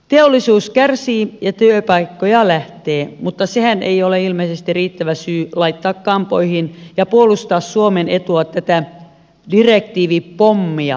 teollisuus kärsii ja työpaikkoja lähtee mutta sehän ei ole ilmeisesti riittävä syy laittaa kampoihin ja puolustaa suomen etua tätä direktiivipommia vastaan